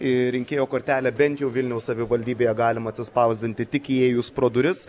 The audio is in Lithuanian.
ir rinkėjo kortelę bent jau vilniaus savivaldybėje galima atsispausdinti tik įėjus pro duris